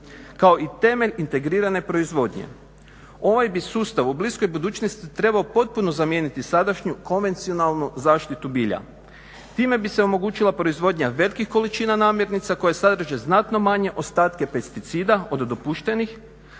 kao i temelj integrirane proizvodnje. Ovaj bi sustav u bliskoj budućnosti trebao potpuno zamijeniti sadašnju konvencionalnu zaštitu bilja. Time bi se omogućila proizvodnja velikih količina namirnica koje sadrže znatno manje ostatke pesticida od dopuštenih,